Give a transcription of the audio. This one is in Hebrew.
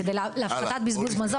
להפחתת בזבוז מזון.